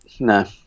No